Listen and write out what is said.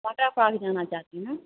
water park जाना चाहते हैं